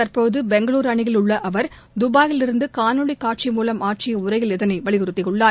தற்போது பெங்களூரு அனியில் உள்ள அவர் துபாயிலிருந்து காணொளிக் காட்சி மூலம் ஆற்றிய உரையில் இதனை வலியுறுத்தியுள்ளார்